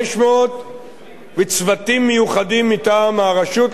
וצוותים מיוחדים מטעם הרשות להסדרת התיישבות